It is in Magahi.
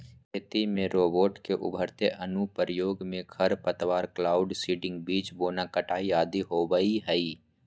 खेती में रोबोट के उभरते अनुप्रयोग मे खरपतवार, क्लाउड सीडिंग, बीज बोना, कटाई आदि होवई हई